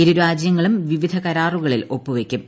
ഇരു രാജ്യങ്ങളും വിവിധ കരാറുകളിൽ ഒപ്പുവയ്ക്കും